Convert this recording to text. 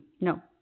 No